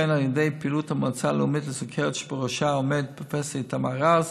וכן על ידי פעילות המועצה הלאומית לסוכרת שבראשה עומד פרופ' איתמר רז,